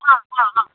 हाँ हाँ हाँ